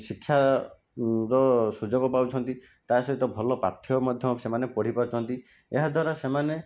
ଶିକ୍ଷା ର ସୁଯୋଗ ପାଉଛନ୍ତି ତା ସହିତ ଭଲ ପାଠ୍ୟ ମଧ୍ୟ ସେମାନେ ପଢ଼ି ପାରୁଛନ୍ତି ଏହାଦ୍ଵାରା ସେମାନେ